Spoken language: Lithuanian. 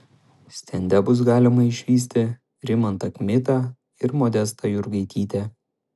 stende bus galima išvysti rimantą kmitą ir modestą jurgaitytę